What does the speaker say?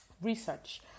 research